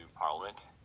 parliament